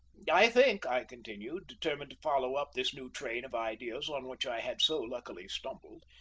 i think, i continued, determined to follow up this new train of ideas on which i had so luckily stumbled,